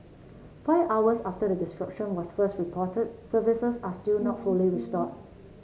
five hours after the disruption was first reported services are still not fully restored